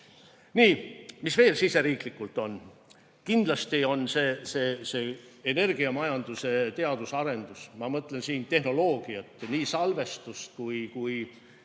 mis veel siseriiklikult on? Kindlasti on vaja energiamajanduse teadust arendada. Ma mõtlen siin tehnoloogiat, nii salvestust, uusi